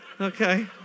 Okay